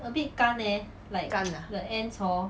干 ah